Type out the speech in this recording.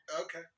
Okay